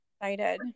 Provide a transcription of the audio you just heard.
excited